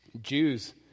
Jews